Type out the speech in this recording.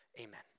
amen